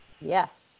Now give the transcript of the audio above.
Yes